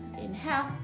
Inhale